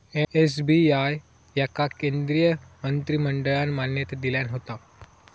SBI याका केंद्रीय मंत्रिमंडळान मान्यता दिल्यान होता